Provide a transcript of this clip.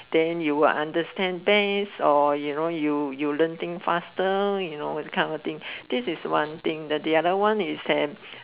then you will understand this or you know you you learn things faster you know this kind of things this is one thing the other is that